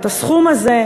את הסכום הזה,